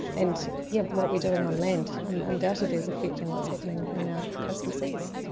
and yeah what we're doing on land um undoubtedly is affecting what's happening in our coastal seas.